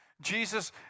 Jesus